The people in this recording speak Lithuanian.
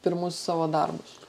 pirmus savo darbus